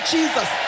Jesus